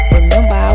Remember